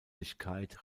richtet